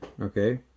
okay